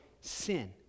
sin